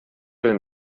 den